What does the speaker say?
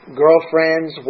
girlfriends